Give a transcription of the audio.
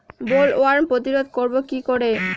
Bollworm প্রতিরোধ করব কি করে?